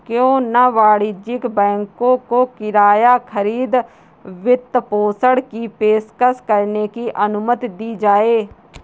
क्यों न वाणिज्यिक बैंकों को किराया खरीद वित्तपोषण की पेशकश करने की अनुमति दी जाए